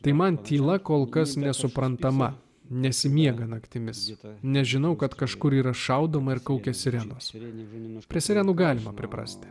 tai man tyla kol kas nesuprantama nesimiega naktimis zita nežinau kad kažkur yra šaudoma ir kaukia sirenos religinėmis prisimenu galima priprasti